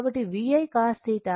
కాబట్టి VI cos θ V 71